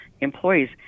employees